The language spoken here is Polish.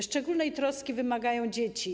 Szczególnej troski wymagają dzieci.